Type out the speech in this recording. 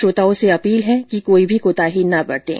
श्रोताओंसे appeal है कि कोई भी कोताही न बरतें